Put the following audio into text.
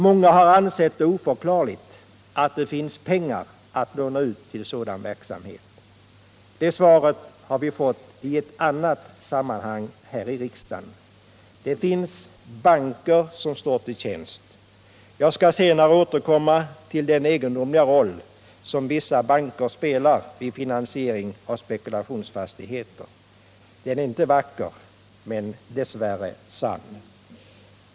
Många har ansett det oförklarligt att det finns pengar att låna ut till sådan verksamhet. Svaret har vi fått i ett annat sammanhang här i riksdagen: det finns banker som står till tjänst. Jag skall senare återkomma till den egendomliga roll som vissa banker spelar vid finansiering av spekulationsfastigheter. Bilden är inte vacker — men dess värre sann.